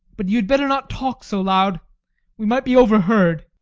but you had better not talk so loud we might be overheard.